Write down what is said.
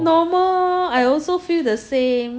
normal lor I also feel the same